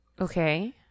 Okay